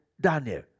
Daniel